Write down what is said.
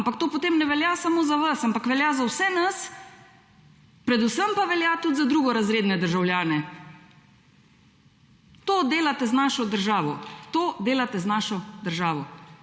ampak to potem ne velja samo za vas, ampak velja za vse nas, predvsem pa velja tudi za drugorazredne državljane. To delate z našo državo. To delate z našo državo.